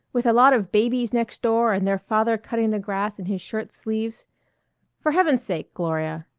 with a lot of babies next door and their father cutting the grass in his shirt sleeves for heaven's sake, gloria,